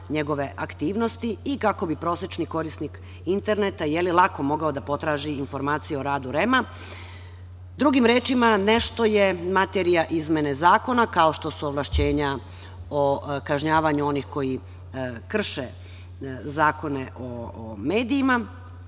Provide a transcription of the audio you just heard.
njegove aktivnosti i kako bi prosečni korisnik interneta lako mogao da potraži informacije o radu REM. Drugim rečima, nešto je materija izmene zakona, kao što su ovlašćenja o kažnjavanju onih koji krše zakone o medijima,